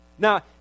Now